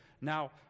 Now